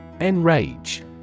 Enrage